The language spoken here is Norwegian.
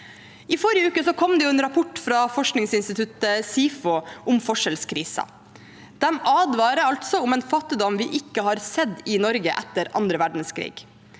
I forrige uke kom det en rapport fra forskningsinstituttet SIFO om forskjellskrisen. De advarer om en fattigdom vi ikke har sett i Norge etter andre verdenskrig.